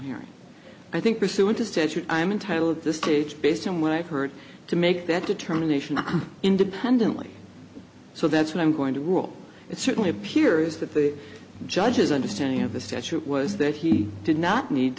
hearing i think pursuant to statute i'm entitled to states based on what i've heard to make that determination independently so that's what i'm going to rule it certainly appears that the judge's understanding of the statute was that he did not need